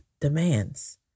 demands